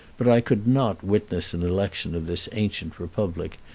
but i could not witness an election of this ancient republic,